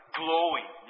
glowing